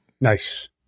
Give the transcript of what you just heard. Nice